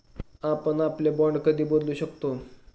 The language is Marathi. आपण आपले बाँड कधी बदलू शकतो?